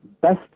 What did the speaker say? best